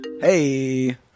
Hey